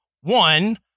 one